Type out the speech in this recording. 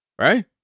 right